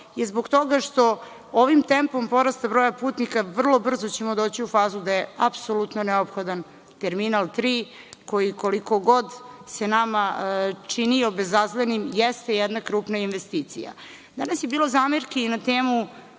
Zbog toga što ovim tempom porasta broja putnika, vrlo brzo ćemo doći u fazu da je apsolutno neophodan terminal tri koji, koliko god se nama činio bezazlenim, jeste jedna krupna investicija. Danas je bilo zamerki i na temu